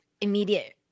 immediate